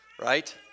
Right